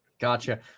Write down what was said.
gotcha